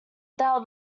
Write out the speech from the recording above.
bell